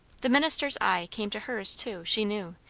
the minister's eye came to hers too, she knew,